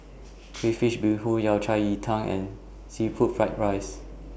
Crayfish Beehoon Yao Cai Ji Tang and Seafood Fried Rice